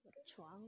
我的床